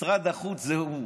משרד החוץ זה הוא.